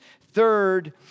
Third